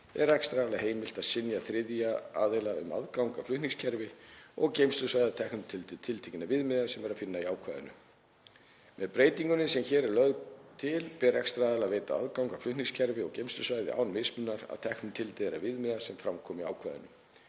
er rekstraraðila heimilt að synja þriðja aðila um aðgang að flutningskerfi og geymslusvæði að teknu tilliti til tiltekinna viðmiða sem er að finna í ákvæðinu. Með breytingunni sem hér er lögð til ber rekstraraðila að veita aðgang að flutningskerfi og geymslusvæði án mismunar að teknu tilliti til þeirra viðmiða sem fram koma í ákvæðinu.